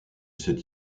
cette